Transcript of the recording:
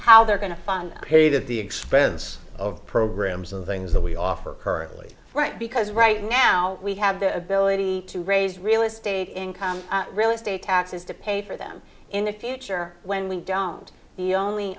power they're going to fund paid at the expense of programs and things that we offer currently right because right now we have the ability to raise real estate income really state taxes to pay for them in the future when we don't the only